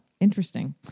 interesting